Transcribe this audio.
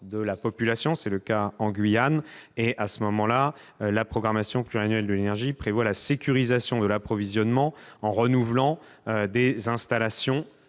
de la population. C'est le cas en Guyane. À ce moment-là, la programmation pluriannuelle de l'énergie permet d'assurer la sécurisation de l'approvisionnement en renouvelant des installations,